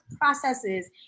processes